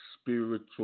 spiritual